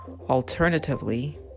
Alternatively